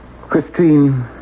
Christine